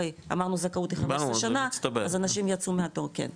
הרי אמרנו זכאות 11 שנה אז אנשים יצאו מהתור, כן.